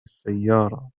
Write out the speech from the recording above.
السيارة